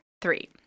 three